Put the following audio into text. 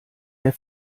der